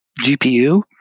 GPU